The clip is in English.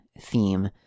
theme